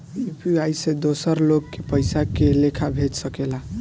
UPI से दोसर लोग के पइसा के लेखा भेज सकेला?